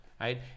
right